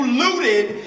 looted